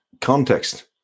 context